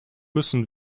müssen